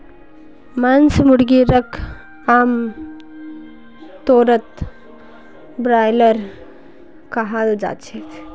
मांस मुर्गीक आमतौरत ब्रॉयलर कहाल जाछेक